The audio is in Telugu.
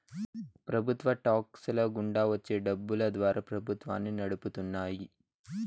ప్రభుత్వ టాక్స్ ల గుండా వచ్చే డబ్బులు ద్వారా ప్రభుత్వాన్ని నడుపుతున్నాయి